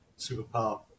superpower